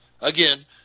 Again